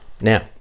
now